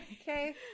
okay